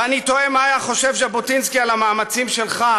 ואני תוהה מה היה חושב ז'בוטינסקי על המאמצים שלך,